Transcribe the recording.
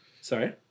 Sorry